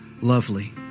lovely